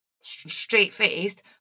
straight-faced